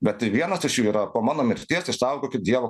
bet vienas iš jų yra po mano mirties išsaugokit dievo